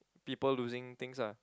people losing things ah